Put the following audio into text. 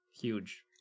Huge